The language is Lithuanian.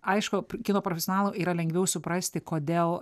aišku kino personalui yra lengviau suprasti kodėl